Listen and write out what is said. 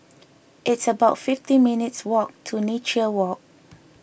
it's about fifty minutes' walk to Nature Walk